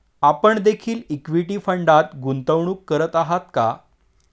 आपण देखील इक्विटी फंडात गुंतवणूक करत आहात का?